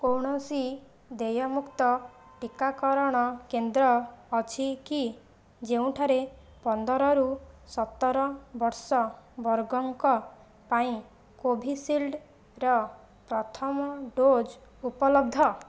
କୌଣସି ଦେୟମୁକ୍ତ ଟିକାକରଣ କେନ୍ଦ୍ର ଅଛି କି ଯେଉଁଠାରେ ପନ୍ଦରରୁ ସତରବର୍ଷ ବର୍ଗଙ୍କ ପାଇଁ କୋଭିଶିଲ୍ଡ୍ର ପ୍ରଥମ ଡୋଜ୍ ଉପଲବ୍ଧ